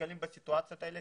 שנתקלים בסיטואציות האלה.